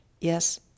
Yes